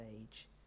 age